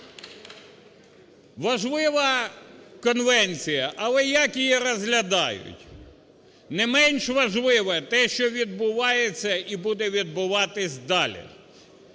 Важлива конвенція, але як її розглядають? Не менш важливе те, що відбувається і буде відбуватися далі.